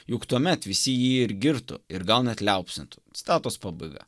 juk tuomet visi jį ir girtų ir gal net liaupsintų citatos pabaiga